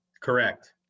Correct